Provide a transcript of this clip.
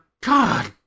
God